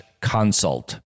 consult